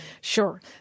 Sure